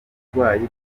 burwayi